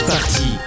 Party